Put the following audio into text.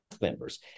members